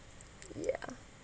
ya